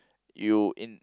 you in